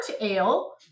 ale